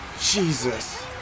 Jesus